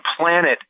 planet